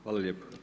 Hvala lijepo.